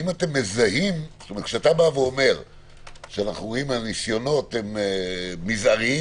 כשאתה אומר שאנחנו רואים שהניסיונות מזעריים,